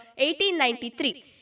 1893